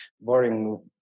Boring